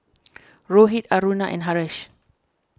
Rohit Aruna and Haresh